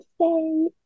say